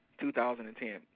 2010